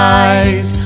eyes